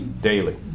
daily